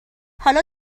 حالا